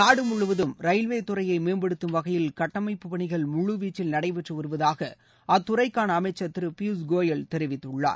நாடு முழுவதும் ரயில்வே துறையை மேம்படுத்தும் வகையில் கட்டமைப்பு பணிகள் முழுவீச்சில் நடைபெற்று வருவதாக அத்துறைக்கான அமைச்சர் திரு பியூஸ்கோயல் தெரிவித்துள்ளார்